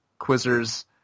quizzers